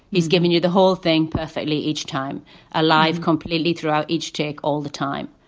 he's giving you the whole thing perfectly each time alive. completely threw out each take all the time,